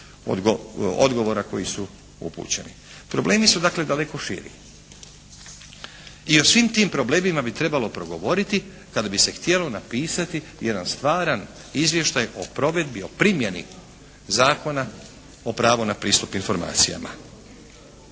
odgovora koji su upućeni. Problemi su dakle daleko širi. I o svim tim problemima bi trebalo progovoriti kada bi se htjelo napisati jedan stvaran izvještaj o provedbi o primjeni Zakona o pravu na pristup informacijama.